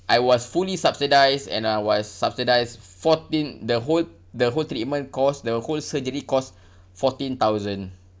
I was fully subsidised and I was subsidised fourteen the whole the whole treatment cost the whole surgery costs fourteen thousand